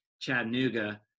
Chattanooga